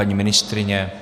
Paní ministryně?